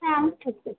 ହଁ ଠିକ୍ ଅଛି